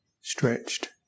stretched